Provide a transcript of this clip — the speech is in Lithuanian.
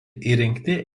įrengti